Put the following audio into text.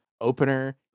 opener